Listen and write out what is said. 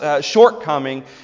shortcoming